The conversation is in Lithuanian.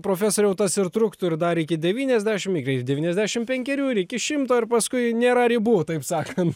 profesoriau tas ir truktų ir dar iki devyniasdešim iki devyniasdešim penkerių ir iki šimto ir paskui nėra ribų taip sakant